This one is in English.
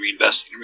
reinvesting